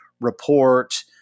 report